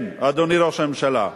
כן, אדוני ראש הממשלה.